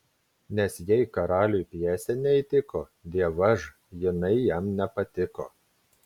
nes jei karaliui pjesė neįtiko dievaž jinai jam nepatiko